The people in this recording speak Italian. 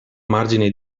margine